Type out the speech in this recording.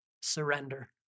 surrender